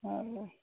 ଆଉ